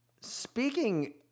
Speaking